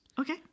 Okay